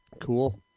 Cool